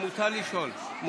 מותר לשאול.